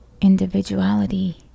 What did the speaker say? individuality